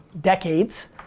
decades